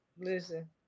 Listen